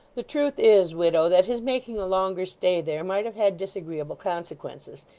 the truth is, widow, that his making a longer stay there might have had disagreeable consequences.